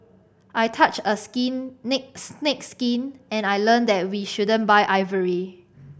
I touched a skin neck snake's skin and I learned that we shouldn't buy ivory